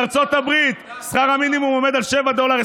בארצות הברית שכר המינימום עומד על 7.21 דולר,